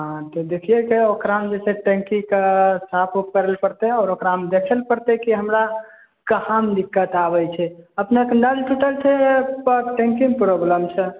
हँ तऽ देखिए तऽ ओकरामे जे छै कऽ टण्कीके साफ उफ करैला पड़तै आ ओकरामे देखए लए पड़तै कि हमरा कहाँ दिक्कत आबै छै अपनेकेँ नल टूटल छै कि टण्कीमे प्रॉब्लम छै